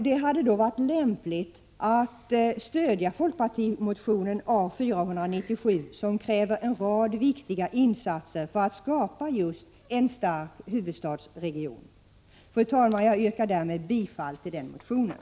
Det hade då varit lämpligt att stödja folkpartimotionen A497 som kräver en rad viktiga insatser för att skapa just en stark huvudstadsregion. Fru talman! Jag yrkar därmed bifall till den nämnda motionen.